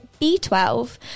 B12